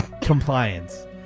compliance